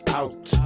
out